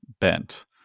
bent